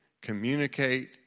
communicate